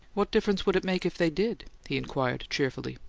what difference would it make if they did? he inquired, cheerfully.